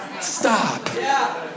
Stop